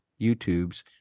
YouTubes